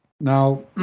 Now